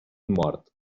mort